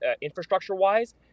infrastructure-wise